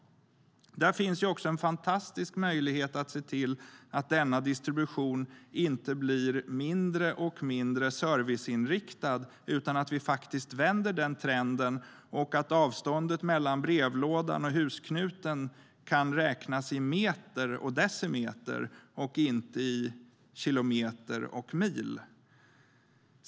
Det finns också en fantastisk möjlighet att se till att denna distribution inte blir mindre och mindre serviceinriktad, utan att vi vänder trenden, så att avståndet mellan brevlådan och husknuten kan räknas i meter och decimeter och inte i kilometer och mil.